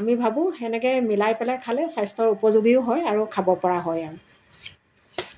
আমি ভাবোঁ সেনেকৈ মিলাই পেলাই খালে স্বাস্থ্যৰ উপযোগীও হয় আৰু খাব পৰা হয় আৰু